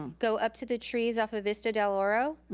go up to the trees off of vista del oro,